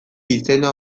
izena